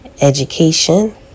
education